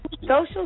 social